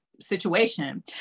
situation